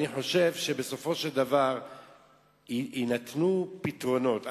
אני חושב שבסופו של דבר יינתנו פתרונות.